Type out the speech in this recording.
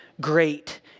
great